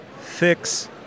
fix